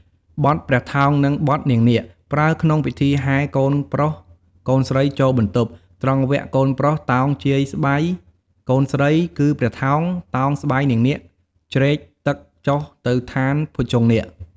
បទព្រះថោង និងបទនាងនាគ ប្រើក្នុងពិធីហែកូនប្រុសកូនស្រីចូលបន្ទប់ ត្រង់វគ្គកូនប្រុសតោងជាយស្បៃកូនស្រី គឺព្រះថោងតោងស្បៃនាងនាគជ្រែកទឹកចុះទៅឋានភុជង្គនាគ។